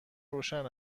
روشن